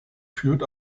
führt